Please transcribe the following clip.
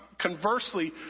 conversely